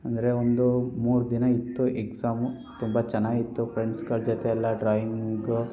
ಅಂದರೆ ಒಂದು ಮೂರು ದಿನ ಇತ್ತು ಎಕ್ಝಾಮು ತುಂಬ ಚೆನ್ನಾಗಿತ್ತು ಫ್ರೆಂಡ್ಸ್ಗಳ ಜೊತೆಯೆಲ್ಲ ಡ್ರಾಯಿಂಗು